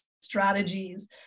strategies